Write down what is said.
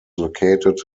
located